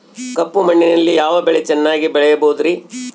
ಕಪ್ಪು ಮಣ್ಣಿನಲ್ಲಿ ಯಾವ ಬೆಳೆ ಚೆನ್ನಾಗಿ ಬೆಳೆಯಬಹುದ್ರಿ?